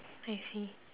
I see